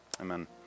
Amen